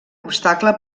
obstacle